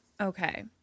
Okay